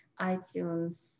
iTunes